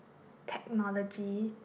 technology